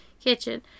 kitchen